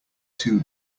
two